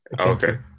okay